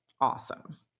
awesome